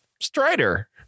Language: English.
strider